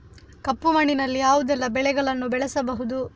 ಕಪ್ಪು ಮಣ್ಣಿನಲ್ಲಿ ಯಾವುದೆಲ್ಲ ಬೆಳೆಗಳನ್ನು ಬೆಳೆಸಬಹುದು?